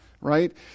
right